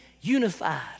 unified